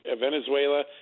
Venezuela